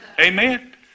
Amen